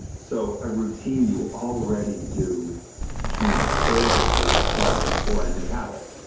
so a routine you already do can serve as your prompt for a new habit.